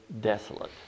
desolate